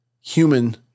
human